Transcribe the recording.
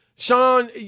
Sean